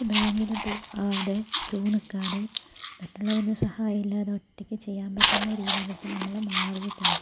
നമ്മൾക്ക് ബാങ്കില് പോകാതെ ക്യൂ നില്കാതെ മറ്റുള്ളവരുടെ സഹായം ഇല്ലാതെ ഒറ്റയ്ക്ക് ചെയ്യാൻ പറ്റുന്ന രീതിയിലേക്ക് നമ്മള് മാറിയിട്ടുണ്ട്